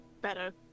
better